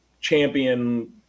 champion